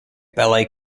ballet